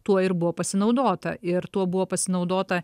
tuo ir buvo pasinaudota ir tuo buvo pasinaudota